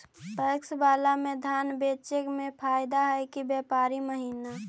PACS बाला में धान बेचे मे फायदा है कि व्यापारी महिना?